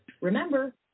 Remember